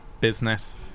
business